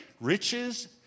Riches